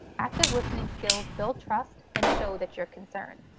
active listening skills build trust and show that you're concerned.